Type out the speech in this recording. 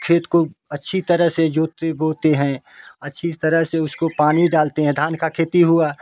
खेत को अच्छी तरह से जोते बोते हैं अच्छी तरह से उसको पानी डालते हैं धान का खेती हुआ